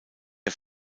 der